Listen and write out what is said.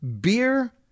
beer